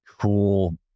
cool